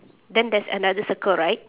then there's another circle right